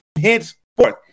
henceforth